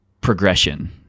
progression